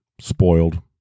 spoiled